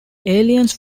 aliens